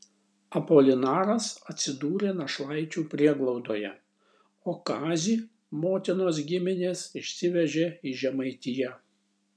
apolinaras atsidūrė našlaičių prieglaudoje o kazį motinos giminės išsivežė į žemaitiją